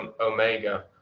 Omega